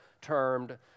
termed